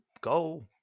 Go